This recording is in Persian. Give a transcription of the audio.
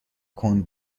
کند